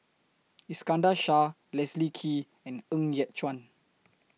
Iskandar Shah Leslie Kee and Ng Yat Chuan